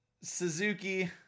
suzuki